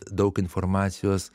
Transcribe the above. daug informacijos